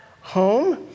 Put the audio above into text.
home